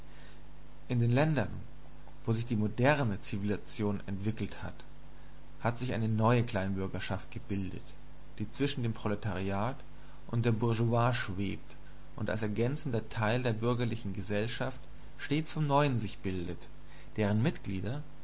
in den ländern wo sich die moderne zivilisation entwickelt hat hat sich eine neue kleinbürgerschaft gebildet die zwischen dem proletariat und der bourgeoisie schwebt und als ergänzender teil der bürgerlichen gesellschaft stets von neuem sich bildet deren mitglieder